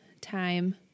time